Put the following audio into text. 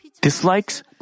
dislikes